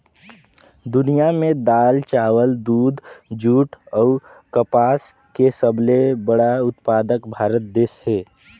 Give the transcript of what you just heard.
दुनिया में दाल, चावल, दूध, जूट अऊ कपास के सबले बड़ा उत्पादक भारत देश हे